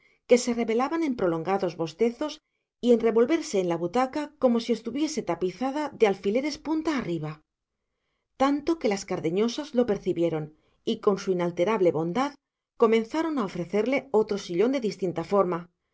que se revelaban en prolongados bostezos y en revolverse en la butaca como si estuviese tapizada de alfileres punta arriba tanto que las cardeñosas lo percibieron y con su inalterable bondad comenzaron a ofrecerle otro sillón de distinta forma